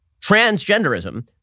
transgenderism